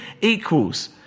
equals